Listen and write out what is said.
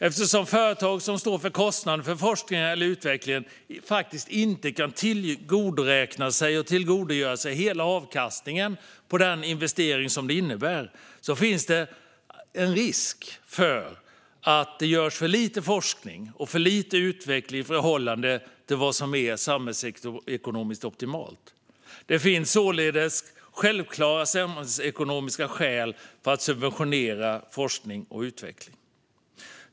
Eftersom de företag som står för kostnaden för forskning eller utveckling faktiskt inte kan tillgodoräkna sig och tillgodogöra sig hela avkastningen på investeringen finns det en risk för att det görs för lite forskning och utveckling i förhållande till vad som är samhällsekonomiskt optimalt. Det finns således självklara samhällsekonomiska skäl att subventionera forskning och utveckling.